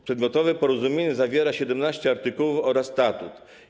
Przedmiotowe porozumienie zawiera 17 artykułów oraz statut.